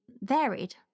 varied